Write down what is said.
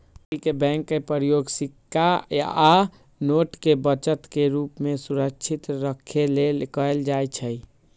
माटी के बैंक के प्रयोग सिक्का आ नोट के बचत के रूप में सुरक्षित रखे लेल कएल जाइ छइ